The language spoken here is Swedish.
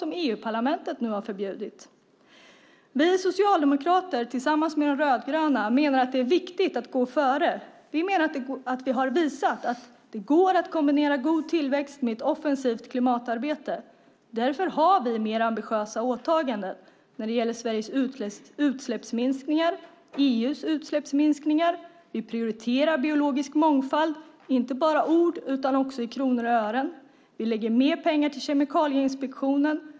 Det har EU-parlamentet förbjudit nu. Vi socialdemokrater menar tillsammans med De rödgröna att det är viktigt att gå före. Vi menar att vi har visat att det går att kombinera god tillväxt med ett offensivt klimatarbete. Därför har vi mer ambitiösa åtaganden när det gäller Sveriges utsläppsminskningar och EU:s utsläppsminskningar. Vi prioriterar biologisk mångfald, inte bara i ord utan också i kronor och ören. Vi lägger mer pengar till Kemikalieinspektionen.